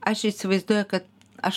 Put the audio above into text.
aš įsivaizduoju kad aš